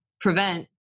prevent